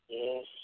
Yes